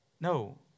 No